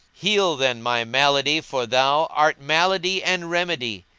heal then my malady, for thou art malady and remedy!